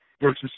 versus